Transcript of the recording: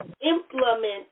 implement